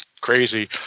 crazy